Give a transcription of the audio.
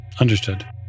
Understood